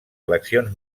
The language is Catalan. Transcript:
eleccions